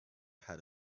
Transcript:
had